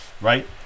right